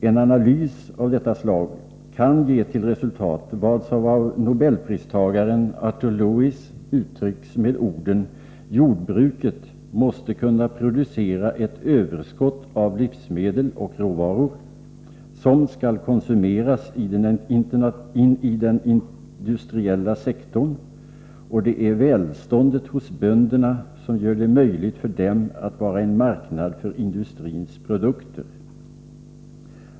En analys av detta slag kan ge till resultat vad som av Nobelpristagaren Arthur Lewis uttrycks med orden: Jordbruket måste kunna producera ett överskott av livsmedel och råvaror som skall konsumeras i den industriella sektorn, och det är välståndet hos bönderna som gör det möjligt för dem att vara en marknad för industrins produkter.